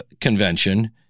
Convention